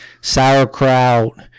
sauerkraut